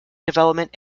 development